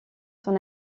son